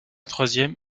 troisième